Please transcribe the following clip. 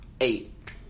eight